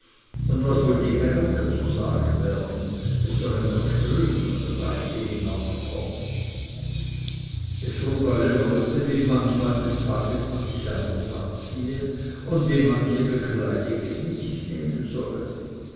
und was wohl die herren dazu sagen werden es sollen gar schöne und reiche hinaufkommen es frug alle leute wie manchmal des tages man sich anders anziehe und wie manche bkleidig es mit sich nehmen solle